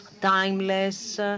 timeless